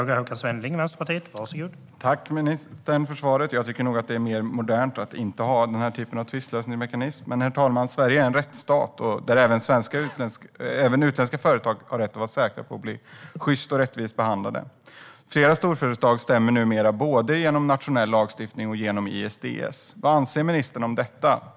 Herr talman! Tack, ministern, för svaret! Jag tycker nog att det är mer modernt att inte ha den typen av tvistlösningsmekanism. Herr talman! Sverige är en rättsstat där även utländska företag har rätt att vara säkra på att bli sjyst och rättvist behandlade. Flera storföretag stämmer numera stater med hjälp av både nationell lagstiftning och ISDS. Vad anser ministern om detta?